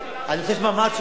אני רוצה לשמוע מה התשובה שלך,